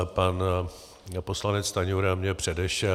Pan poslanec Stanjura mě předešel.